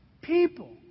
People